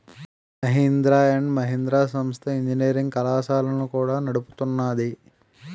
Mahindra and Mahindra సంస్థ engineering కళాశాలలను కూడా నడుపుతున్నాది